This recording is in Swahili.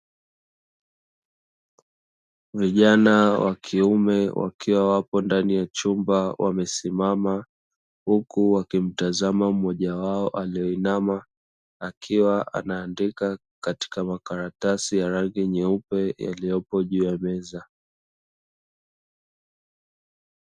Vijana wa kiume wakiwa wapo ndani ya chumba wamesimama, huku wakimtazama mmoja wao aliyeinama akiwa anaandika katika makaratasi ya rangi nyeupe yaliyopo juu ya meza.